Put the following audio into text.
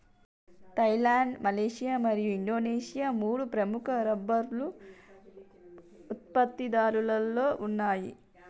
Thailand, Malaysia మరియు Indonesia మూడు ప్రముఖ రబ్బరు ఉత్పత్తిదారులలో ఉన్నాయి